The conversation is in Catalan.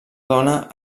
dona